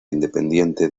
independiente